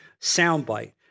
soundbite